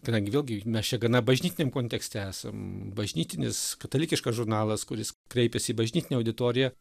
kadangi vėlgi mes čia gana bažnytiniam kontekste esam bažnytinis katalikiškas žurnalas kuris kreipėsi į bažnytinę auditoriją